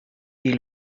die